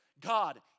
God